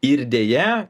ir deja